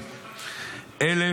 מינה.